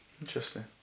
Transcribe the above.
Interesting